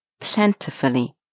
plentifully